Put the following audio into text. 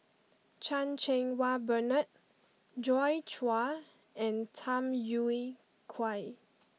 Chan Cheng Wah Bernard Joi Chua and Tham Yui Kai